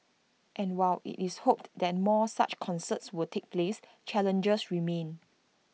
and while IT is hoped that more such concerts will take place challenges remain